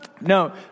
No